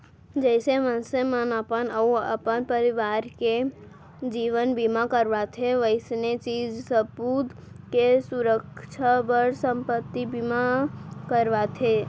जइसे मनसे मन अपन अउ अपन परवार के जीवन बीमा करवाथें वइसने चीज बसूत के सुरक्छा बर संपत्ति बीमा करवाथें